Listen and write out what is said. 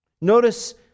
Notice